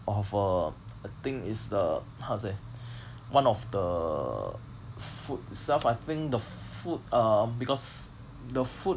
of a the thing is the how to say one of the food itself I think the food uh because the food